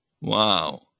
Wow